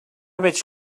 veig